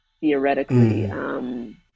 theoretically